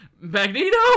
Magneto